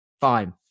fine